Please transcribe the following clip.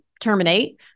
terminate